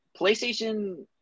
PlayStation